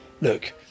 look